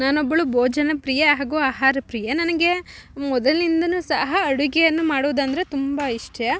ನಾನೊಬ್ಬಳು ಭೋಜನ ಪ್ರಿಯೆ ಹಾಗು ಆಹಾರ ಪ್ರಿಯೆ ನನಗೆ ಮೊದಲಿನಿಂದ ಸಹ ಅಡುಗೆಯನ್ನು ಮಾಡುವುದಂದರೆ ತುಂಬ ಇಷ್ಟ